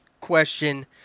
question